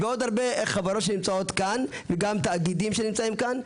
ועוד הרבה חברות שנמצאות כאן וגם תאגידים שנמצאים כאן.